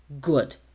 Good